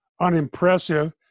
unimpressive